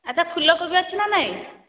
ଆଚ୍ଛା ଫୁଲକୋବି ଅଛି ନା ନାହିଁ